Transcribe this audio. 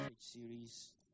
series